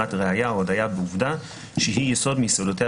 מסירת ראיה או הודיה בעובדה שהיא יסוד מיסודותיה